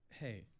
Hey